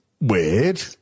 weird